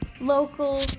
local